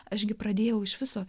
aš gi pradėjau iš viso